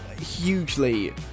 hugely